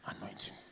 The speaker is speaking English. anointing